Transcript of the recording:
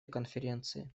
конференции